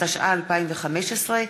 התשע"ה 2015,